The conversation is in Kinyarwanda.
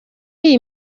iyi